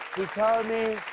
he called me